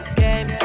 game